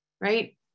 right